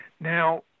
Now